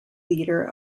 leader